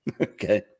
Okay